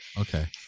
okay